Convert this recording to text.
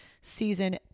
season